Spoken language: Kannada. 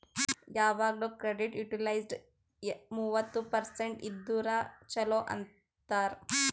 ಯವಾಗ್ನು ಕ್ರೆಡಿಟ್ ಯುಟಿಲೈಜ್ಡ್ ಮೂವತ್ತ ಪರ್ಸೆಂಟ್ ಇದ್ದುರ ಛಲೋ ಅಂತಾರ್